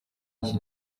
iki